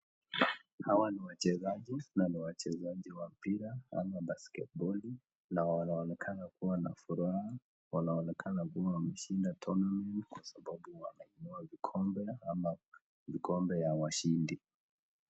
Hawa ni wachezaji na ni wachezaji wa mpira ama basketballi na wanaonekana kuwa na furaha na wanaonekana kuwa wameshinda tournament kwa sababu wamepewa kikombe ama kikombe ya washindi.